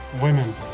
Women